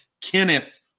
Kenneth